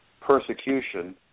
persecution